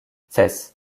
ses